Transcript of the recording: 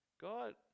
god